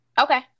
Okay